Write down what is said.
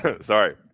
Sorry